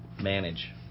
manage